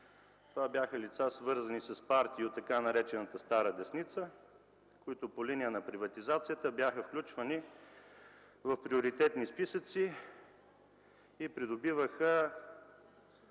бяха лица, свързани с партии от така наречената стара десница. По линия на приватизацията те бяха включвани в приоритетни списъци и придобиваха